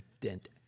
dent